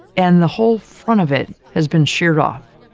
and the whole front of it has been sheared off,